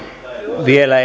vielä